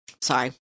Sorry